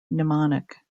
mnemonic